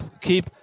keep